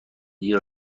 دیر